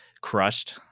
crushed